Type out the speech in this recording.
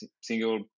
single